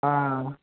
ஆ